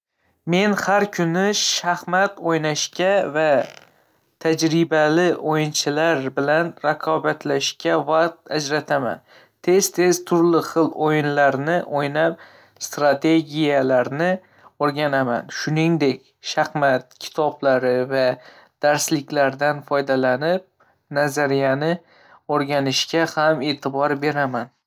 Men har kuni shaxmat o'ynashga va tajribali o'yinchilar bilan raqobatlashishga vaqt ajrataman. Tez-tez turli xil o'yinlarni o'ynab, strategiyalarni o'rganaman. Shuningdek, shaxmat kitoblari va darsliklardan foydalanib, nazariyani o'rganishga ham e'tibor beraman.